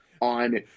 on